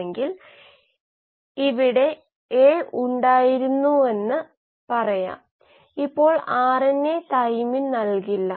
metabolite flux വിശകലനത്തിലൂടെ എന്തുചെയ്യാൻ കഴിയും എന്നതിന്റെ ഉദാഹരണങ്ങളായി നമ്മൾ ആദ്യ രണ്ടെണ്ണം മാത്രം നോക്കാൻ പോകുന്നു